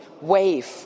wave